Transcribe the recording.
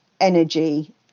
energy